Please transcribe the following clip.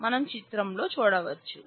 మనం చిత్రంలో చూడవచ్చు